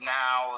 now